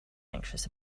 anxious